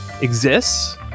exists